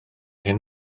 hyn